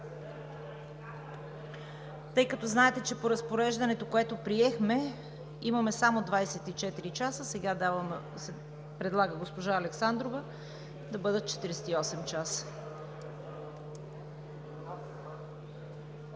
Тъй като знаете, че по Разпореждането, което приехме, имаме само 24 часа. Сега госпожа Александрова предлага да бъдат 48 часа.